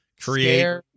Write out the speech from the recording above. create